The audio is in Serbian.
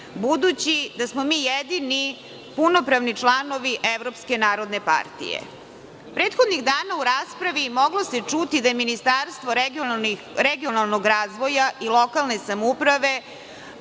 budući da smo mi jedini punopravni članovi Evropske narodne partije. Prethodnih dana u raspravi moglo se čuti da je Ministarstvo regionalnog razvoja i lokalne samouprave